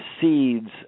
seeds